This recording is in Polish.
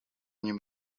nim